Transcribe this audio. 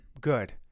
good